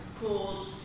called